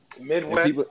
Midwest